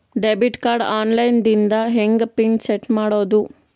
Debit card online ದಿಂದ ಹೆಂಗ್ pin set ಮಾಡೋದು?